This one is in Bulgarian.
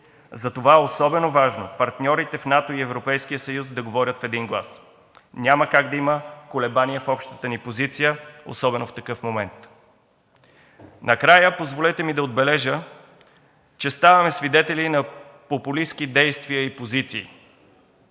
Затова е особено важно партньорите в НАТО и Европейския съюз да говорят в един глас и няма как да има колебание в общата ни позиция, особено в такъв момент. Накрая, позволете ми да отбележа, че ставаме свидетели на популистки действия и позиции,